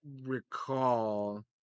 recall